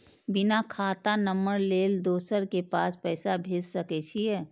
बिना खाता नंबर लेल दोसर के पास पैसा भेज सके छीए?